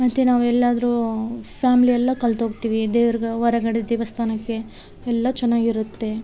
ಮತ್ತು ನಾವೆಲ್ಲಾದರು ಫ್ಯಾಮ್ಲಿಯೆಲ್ಲ ಕಲ್ತು ಹೋಗ್ತಿವಿ ದೆವ್ರಿಗೆ ಹೊರಗಡೆ ದೇವಸ್ಥಾನಕ್ಕೆ ಎಲ್ಲಾ ಚೆನ್ನಾಗಿರುತ್ತೆ